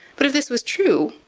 but, if this was true,